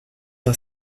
are